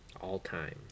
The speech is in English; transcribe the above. All-time